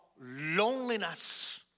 loneliness